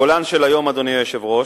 הגולן של היום, אדוני היושב-ראש,